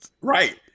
Right